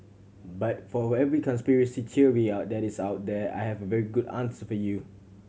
but for every conspiracy theory that is out there I have a very good answer for you